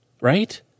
right